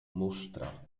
musztra